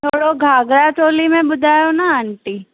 थोरो घाघरा चोली में ॿुधायो न आंटी